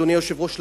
אדוני היושב-ראש,